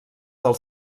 del